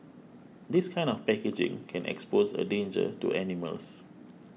this kind of packaging can expose a danger to animals